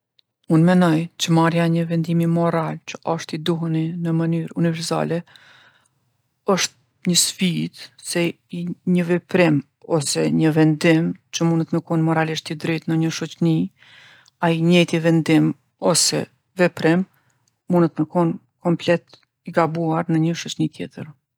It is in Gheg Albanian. Unë menoj që marrja e një vendimi moral që osht i duhuni në mënyrë univerzale osht nji sfidë, se i një veprim ose një vendim që munet me kon moralisht i drejtë në nji shoqni, ai i njejti vendim ose veprim munët me kon komplet i gabuar në një shoqni tjetër.